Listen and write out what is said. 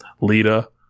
Lita